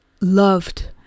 loved